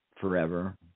forever